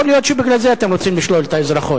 יכול להיות שבגלל זה אתם רוצים לשלול את האזרחות.